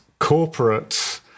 corporates